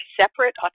separate